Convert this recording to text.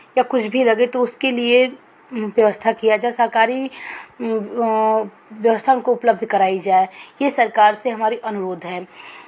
या कुछ भी लगे तो उसके लिए व्यवस्था किया जाय सरकारी व्यवस्था उनको उपलब्ध कराई जाय ये सरकार से हमारी अनुरोध है